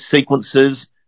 sequences